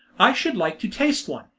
i should like to taste one,